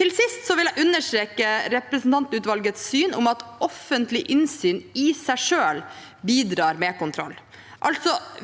Til sist vil jeg understreke representantordningsutvalgets syn om at offentlig innsyn i seg selv bidrar med kontroll.